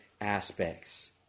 aspects